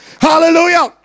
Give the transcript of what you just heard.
Hallelujah